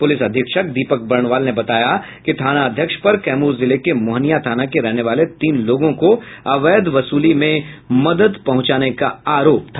police अधीक्षक दीपक बर्णवाल ने बताया कि थानाध्यक्ष पर कैमूर जिले के मोहनियां थाना के रहने वाले तीन लोगों को अवैध वसूली में मदद पहुंचाने का आरोप था